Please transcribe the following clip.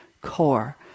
core